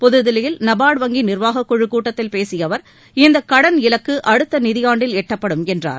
புதுதில்லியில் நபாா்டு வங்கி நிா்வாகக் குழுக் கூட்டத்தில் பேசிய அவா் இந்த கடன் இலக்கு அடுத்த நிதியாண்டில் எட்டப்படும் என்றார்